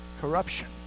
corruption